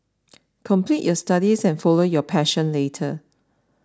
complete your studies and follow your passion later